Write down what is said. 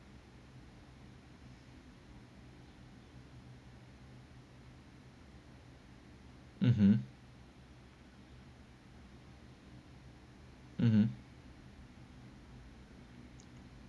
mmhmm mmhmm